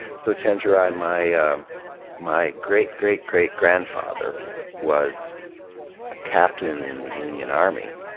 so chenjerai, my ah um my great-great-great grandfather was a captain in the union army,